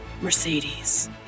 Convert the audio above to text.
Mercedes